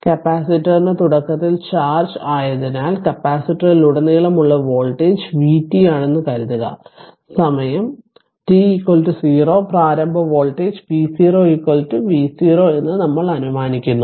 കപ്പാസിറ്ററിന് തുടക്കത്തിൽ ചാർജ്ജ് ആയതിനാൽ കപ്പാസിറ്ററിലുടനീളമുള്ള വോൾട്ടേജ് vt ആണെന്ന് കരുതുക സമയം t 0 പ്രാരംഭ വോൾട്ടേജ് v0 v0 എന്ന് നമ്മൾ അനുമാനിക്കുന്നു